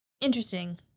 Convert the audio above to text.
interesting